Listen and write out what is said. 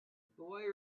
boy